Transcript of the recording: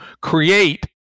create